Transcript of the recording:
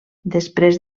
després